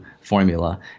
formula